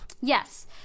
Yes